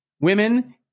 Women